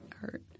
hurt